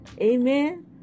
Amen